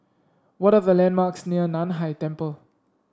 what are the landmarks near Nan Hai Temple